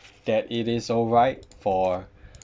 that it is all right for